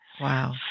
Wow